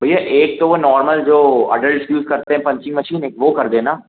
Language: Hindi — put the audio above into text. भैया एक तो वो नॉर्मल जो अडल्ट यूज़ करते हैँ पंचिंग मशीन एक वो कर देना